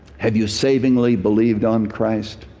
have you savingly believed on christ?